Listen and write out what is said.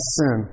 sin